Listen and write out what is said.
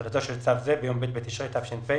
תחילתו של צו זה ביום ב' בתשרי תש"ף,